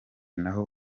naho